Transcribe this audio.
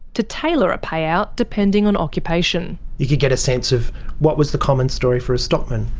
to tailor a payout depending on occupation. you could get a sense of what was the common story for a stockman?